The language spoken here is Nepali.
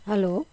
हेलो